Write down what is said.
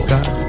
God